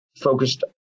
focused